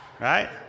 Right